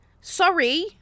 sorry